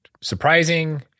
surprising